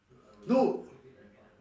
no